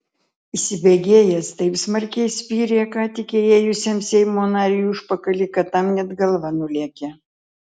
įsibėgėjęs taip smarkiai spyrė ką tik įėjusiam seimo nariui į užpakalį kad tam net galva nulėkė